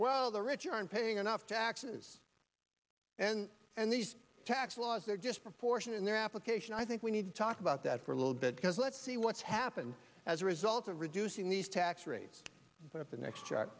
well the rich aren't paying enough taxes and and these tax laws they're just proportion in their application i think we need to talk about that for a little bit because let's see what's happened as a result of reducing these tax rates but at the next